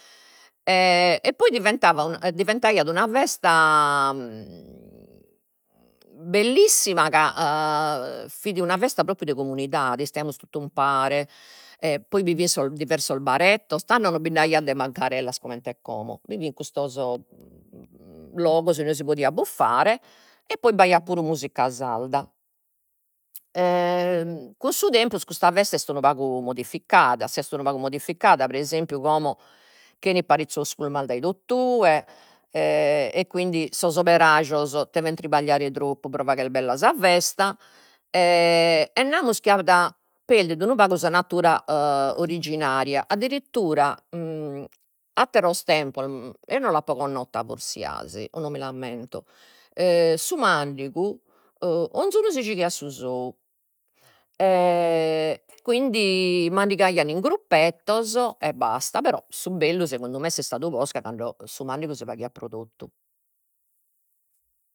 e poi diventava diventaiat una festa bellissima ca ca fit una festa propriu de comunidade, istaimus totu umpare e poi bi fin sos diversos barettos, tando non bind'aian de bancarellas comente como, bi fin custos logos inue si podiat buffare e poi b'aiat puru musica sarda cun su tempus custa festa est unu pagu modificada, s'est unu pagu modificada, pre esempiu como ch'enin parizzos pullman dai totue e quindi sos operajos deven tripagliare troppu pro fagher bella sa festa e namus chi at perdidu unu pagu sa natura originaria, addirittura atteros tempos, eo non l'apo connota forsis asi, o non mi l'ammento su mandigu 'onzunu si gighiat su sou quindi mandigaian in gruppettos e basta però su bellu segundu me est istadu posca cando su mandigu si faghiat pro totu